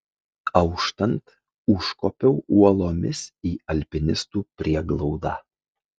auštant užkopiau uolomis į alpinistų prieglaudą